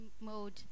mode